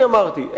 אמרתי,